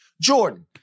Jordan